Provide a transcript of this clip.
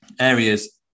areas